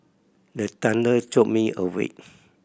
the thunder jolt me awake